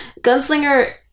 Gunslinger